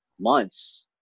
months